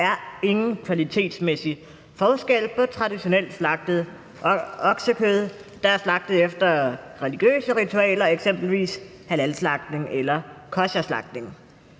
der er ingen kvalitetsmæssig forskel på traditionelt slagtet oksekød og oksekød, der er slagtet efter religiøse ritualer, eksempelvis halalslagtning eller kosherslagtning.